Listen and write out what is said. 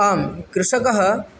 आम् कृषकः